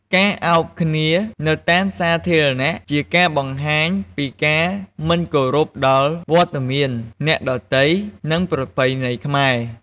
ការថើបគ្នានៅតាមសាធារណៈ ជាការបង្ហាញពីការមិនគោរពដល់រត្តមានអ្នកដទៃ និងប្រពៃណីខ្មែរ។